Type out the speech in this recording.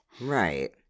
Right